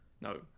No